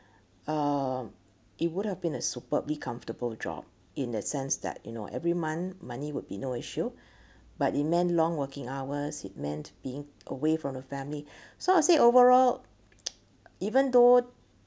uh it would have been a superbly comfortable job in the sense that you know every month money would be no issue but it meant long working hours it meant being away from the family so I say overall even though